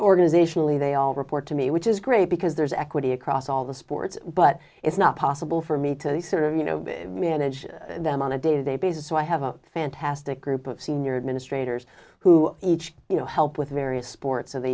organizationally they all report to me which is great because there's equity across all the sports but it's not possible for me to be sort of you know manage them on a day they basis so i have a fantastic group of senior administrators who each you know help with various sports